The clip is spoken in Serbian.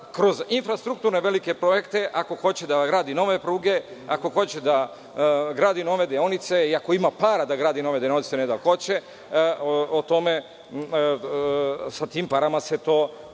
kroz infrastrukturne velike projekte, ako hoće da grade nove pruge, ako hoće da gradi nove deonice, ako ima para gradi nove deonice, sa tim parama se to